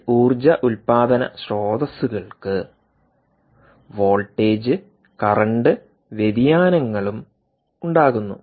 ഈ ഊർജ്ജ ഉൽപാദന സ്രോതസ്സുകൾക്ക് വോൾട്ടേജ് കറന്റ് വ്യതിയാനങ്ങളും ഉണ്ടാകുന്നു